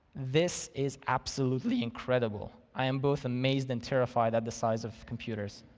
this is absolutely incredible. i am both amazed and terrified at the size of computers.